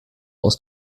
aus